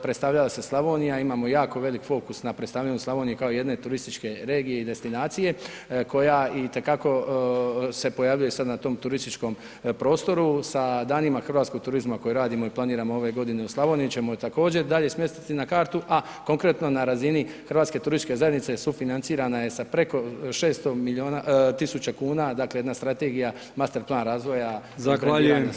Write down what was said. Predstavljala se Slavonija, imamo jako veliki fokus na predstavljanju Slavonije kao jedne turističke regije i destinacije koja i te kako se pojavljuje sad na tom turističkom prostoru sa danima hrvatskog turizma koje radimo i planiramo ove godine u Slavoniji ćemo ju također dalje smjestiti na kartu, a konkretno, na razini HTZ-a sufinancirana je sa preko 600 tisuća kuna, dakle jedna strategija masterplan razvoja [[Upadica: Zahvaljujem.]] Slavonije.